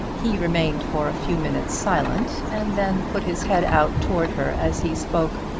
he remained for a few minutes silent, and then put his head out towards her as he spoke.